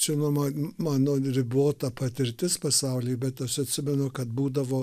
čia nuo man mano ribota patirtis pasauly bet aš atsimenu kad būdavo